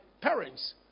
parents